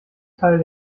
teil